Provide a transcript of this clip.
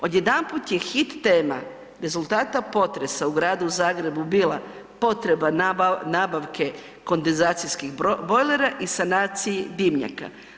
Odjedanput je hit tema rezultata potresa u Gradu Zagrebu bila potreba nabavke kondenzacijskih bojlera i sanaciji dimnjaka.